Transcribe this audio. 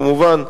כמובן,